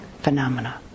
phenomena